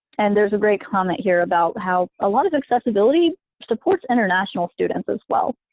and there's a great comment here about how a lot of accessibility supports international students as well.